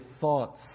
thoughts